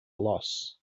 loss